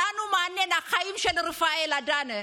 אותנו מעניינים החיים של רפאל עדנה.